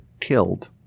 killed